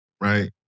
right